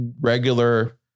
regular